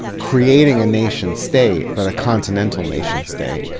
creating a nation state but a continental nation state.